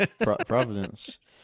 providence